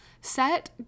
Set